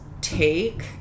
take